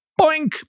Boink